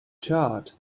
chart